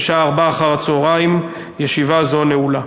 בשעה 16:00. ישיבה זו נעולה.